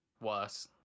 worse